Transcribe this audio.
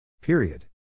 Period